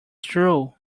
true